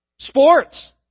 Sports